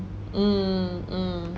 mm mm